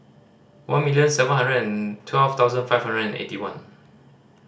one million seven hundred and twelve thousand five hundred and eighty one